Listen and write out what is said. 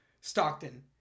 Stockton